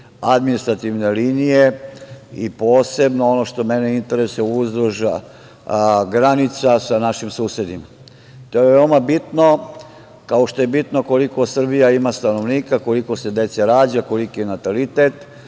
administrativne linije i posebno ono što me interesuje, uzduž granica sa našim susedima. To je veoma bitno, kao što je bitno koliko Srbija ima stanovnika, koliko se dece rađa, koliki je natalitet,